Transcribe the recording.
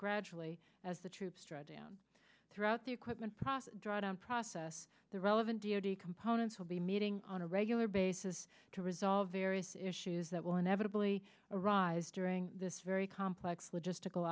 gradually as the troops draw down throughout the equipment process drawdown process the relevant d o d components will be meeting on a regular basis to resolve various issues that will inevitably arise during this very complex logistical